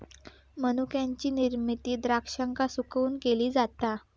मनुक्याची निर्मिती द्राक्षांका सुकवून केली जाता